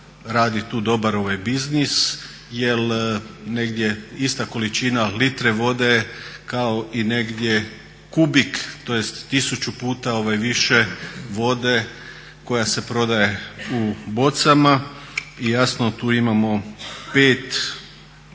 radi tu dobar biznis jer negdje ista količina litre vode kao i negdje kubik tj. tisuća puta više vode koja se prodaje u bocama. I jasno tu imamo 5